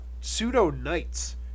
pseudo-knights